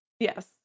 Yes